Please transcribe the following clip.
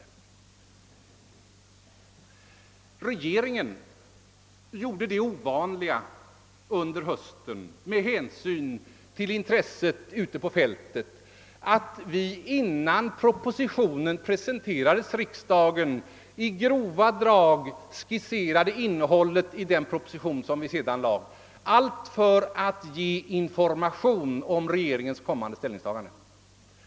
På hösten samma år gjorde regeringen sedan något som var ovanligt, men som motiverades av det stora intresse som fanns ute på fältet. Innan propositionen presenterades riksdagen skisserades dess innehåll i grova drag för att ge information om regeringens kommande ställningstagande.